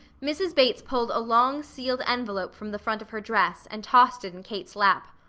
mrs. bates pulled a long sealed envelope from the front of her dress and tossed it in kate's lap.